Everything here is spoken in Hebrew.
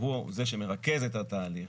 שהוא זה שמרכז את התהליך,